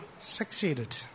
succeeded